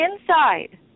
inside